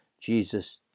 Jesus